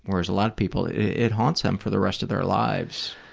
whereas a lot of people, it haunts them for the rest of their lives.